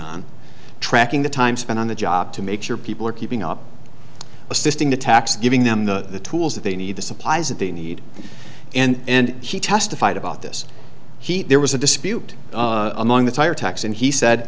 on tracking the time spent on the job to make sure people are keeping up assisting the tax giving them the tools that they need the supplies that they need and she testified about this heat there was a dispute among the tire techs and he said